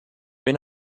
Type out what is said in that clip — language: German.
bin